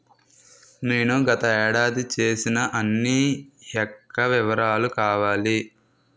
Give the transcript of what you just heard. నేను గత ఏడాది చేసిన అన్ని యెక్క వివరాలు కావాలి?